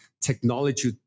technology